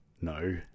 No